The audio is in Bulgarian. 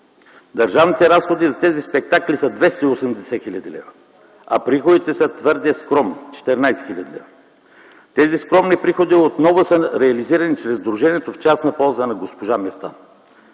Държавните разходи за тези спектакли са 280 хил. лв., а приходите са твърде скромни – 14 хил. лв. Тези скромни приходи отново са реализирани чрез сдружението в частна полза на госпожа Местан.